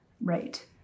Right